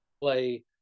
play